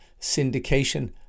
syndication